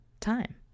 time